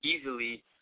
easily